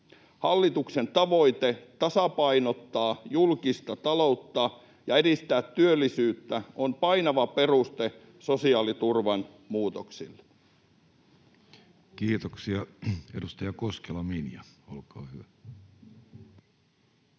Hallituksen tavoite tasapainottaa julkista taloutta ja edistää työllisyyttä on painava peruste sosiaaliturvan muutoksille. [Speech 217] Speaker: Jussi Halla-aho